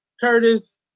Curtis